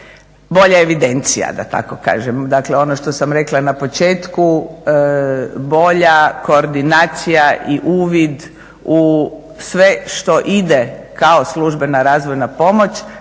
bolje evidencija da tako kažem. Dakle ono što sam rekla na početku bolja koordinacija i uvid u sve što ide kao službena razvojna pomoć,